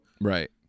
Right